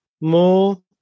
more